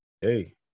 Hey